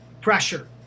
pressure